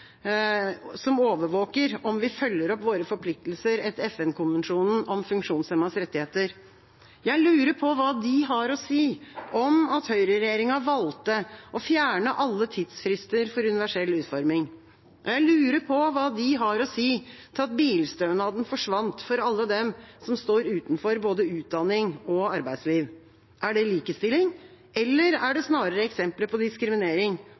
som overvåker om vi følger opp våre forpliktelser etter FN-konvensjonen om funksjonshemmedes rettigheter. Jeg lurer på hva de har å si om at høyreregjeringa valgte å fjerne alle tidsfrister for universell utforming. Jeg lurer på hva de har å si til at bilstønaden forsvant for alle dem som står utenfor både utdanning og arbeidsliv. Er det likestilling, eller er det snarere eksempler på diskriminering,